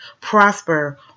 prosper